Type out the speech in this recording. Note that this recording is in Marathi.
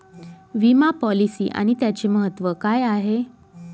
विमा पॉलिसी आणि त्याचे महत्व काय आहे?